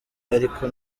ariko